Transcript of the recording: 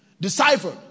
deciphered